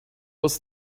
it’s